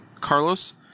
Carlos